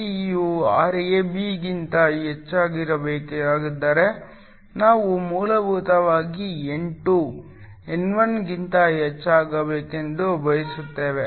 Rst ಯು Rab ಗಿಂತ ಹೆಚ್ಚಾಗಬೇಕಾದರೆ ನಾವು ಮೂಲಭೂತವಾಗಿ N2 N1 ಗಿಂತ ಹೆಚ್ಚಾಗಬೇಕೆಂದು ಬಯಸುತ್ತೇವೆ